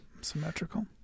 symmetrical